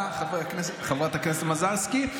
תודה, חברת הכנסת מזרסקי.